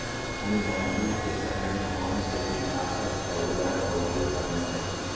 हमें मानसून के समय कौन से किटनाशक या उर्वरक का उपयोग करना चाहिए?